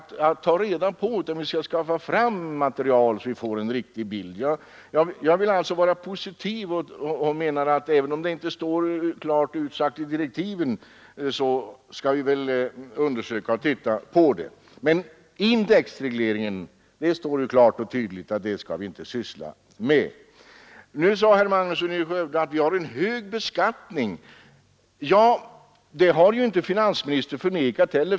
Vi skall inte förakta något av detta utan skaffa fram material, så att vi får en riktig bild. Jag vill alltså svara positivt och menar att även om det inte står klart utsagt i direktiven skall vi undersöka och titta på den här saken. Men det står klart och tydligt att vi inte skall syssla med indexregleringen. Herr Magnusson i Borås sade att vi har en hög beskattning. Det har ju inte heller finansministern förnekat.